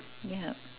yeah